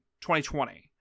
2020